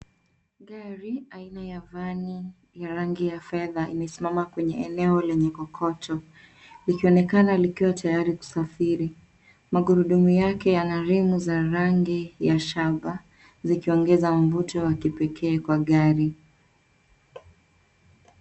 Gari aina ya van ya rangi ya fedha imesimama kwenye eneo lenye kokoto. Likionekana likiwa tayati kusafiri. Magurudumu yake Yana temu za rangi ya shaba zikiongeza mvuto wa kipekee kwa gari.